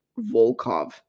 Volkov